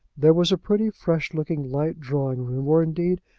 there was a pretty fresh-looking light drawing-room, or, indeed,